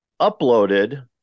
uploaded